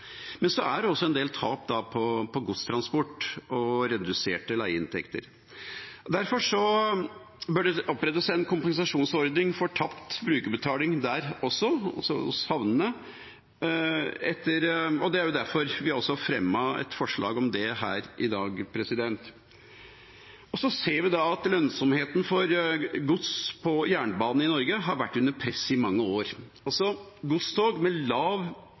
Men det er også en del tap på godstransport og reduserte leieinntekter. Derfor bør det opprettes en kompensasjonsordning for tapt brukerbetaling for havnene også. Det er derfor vi også fremmer et forslag om det her i dag. Så ser vi at lønnsomheten for gods på jernbane i Norge har vært under press i mange år. Godstog med lav